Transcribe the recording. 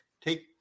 take